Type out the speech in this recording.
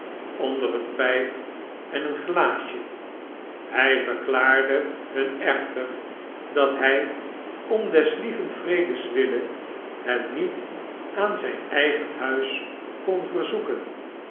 onder eene pijp en een glaasje hij verklaarde hun echter dat hij om aes lieven vredes wille hen niet aan zijn eigen huis kon verzoeken